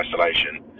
isolation